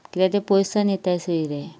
किद्या ते पयस सावन येताय सयरे